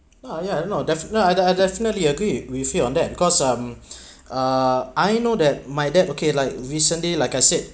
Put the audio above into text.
ah yeah no def`~ no I definitely agree with you on that because um uh I know that my dad okay like recently like I said